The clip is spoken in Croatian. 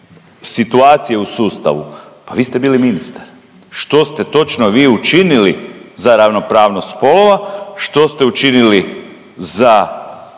situacije u sustavu, pa vi ste bili ministar, što ste točno vi učinili za ravnopravnost spolova, što ste učinili za